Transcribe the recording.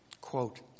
Quote